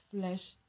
flesh